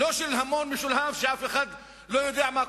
לא של המון משולהב שאף אחד לא יודע מה קורה.